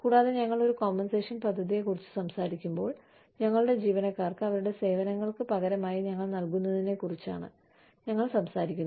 കൂടാതെ ഞങ്ങൾ ഒരു കോമ്പൻസേഷൻ പദ്ധതിയെക്കുറിച്ച് സംസാരിക്കുമ്പോൾ ഞങ്ങളുടെ ജീവനക്കാർക്ക് അവരുടെ സേവനങ്ങൾക്ക് പകരമായി ഞങ്ങൾ നൽകുന്നതിനെക്കുറിച്ചാണ് ഞങ്ങൾ സംസാരിക്കുന്നത്